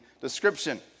description